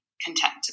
content